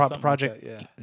project